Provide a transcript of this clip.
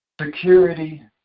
security